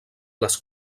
les